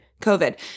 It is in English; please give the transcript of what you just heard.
COVID